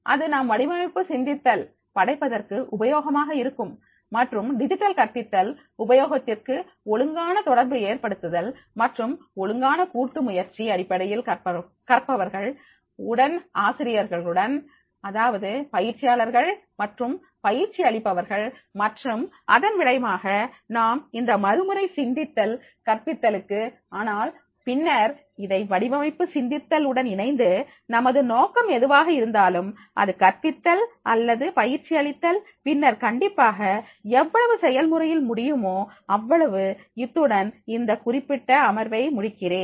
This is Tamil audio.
இது நாம் வடிவமைப்பு சிந்தித்தல் படைப்பதற்கு உபயோகமாக இருக்கும் மற்றும் டிஜிட்டல் கற்பித்தல் உபயோகத்திற்கு ஒழுங்கான தொடர்பு ஏற்படுத்துதல் மற்றும் ஒழுங்கான கூட்டுமுயற்சி அடிப்படையில் கற்பவர்கள் உடன் ஆசிரியர்களுடன் அதாவது பயிற்சியாளர்கள் மற்றும் பயிற்சி அளிப்பவர்கள் மற்றும் இதன் விளைவாக நாம் இந்த மறுமுறை சிந்தித்தல் கற்பித்தலுக்கு ஆனால் பின்னர் இதை வடிவமைப்பு சிந்தித்தல் உடன் இணைத்து நமது நோக்கம் எதுவாக இருந்தாலும் அது கற்பித்தல் அல்லது பயிற்சி அளித்தல் பின்னர் கண்டிப்பாக எவ்வளவு செயல்முறையில் முடியுமோ அவ்வளவு இத்துடன் இந்த குறிப்பிட்ட அமர்வை முடிக்கிறேன்